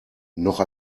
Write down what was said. noch